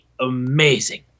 amazing